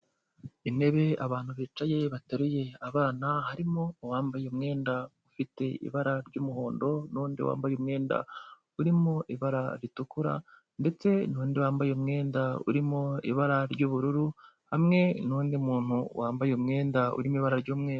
Intebe abantu bicaye bateruye abana, harimo uwambaye umwenda ufite ibara ry'umuhondo, n'undi wambaye umwenda urimo ibara ritukura, ndetse n'undi wambaye umwenda urimo ibara ry'ubururu, hamwe n'undi muntu wambaye umwenda urimo ibara ry'umweru.